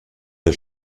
der